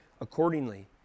accordingly